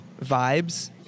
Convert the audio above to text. vibes